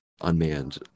unmanned